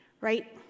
Right